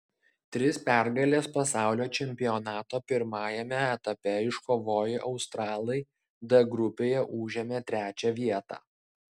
tris pergales pasaulio čempionato pirmajame etape iškovoję australai d grupėje užėmė trečią vietą